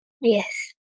Yes